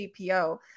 GPO